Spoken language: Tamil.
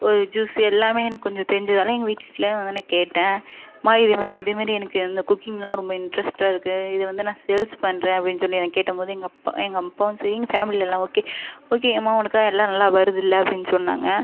ஒரு ஜுஸ் எல்லாமே எனக்கு கொஞ்சம் தெரிஞ்சதால எங்கள் வீட்டில் வந்து நான் கேட்டேன் மா இது இதேமாதிரி எனக்கு இந்த குக்கிங்லாம் ரொம்ப இன்ட்ரஸ்ட்டாகருக்கு இதை வந்து நான் சேல்ஸ் பண்ணுறேன் அப்படின் சொல்லி நான் கேட்ட போது எங்கள் அப்பா எங்கள் அப்பாவும் சரி எங்கள் ஃபேமிலியில் எல்லாம் ஓகே ஓகே அம்மா உனக்கா எல்லா நல்ல வருதுல்ல அப்படின் சொன்னாங்க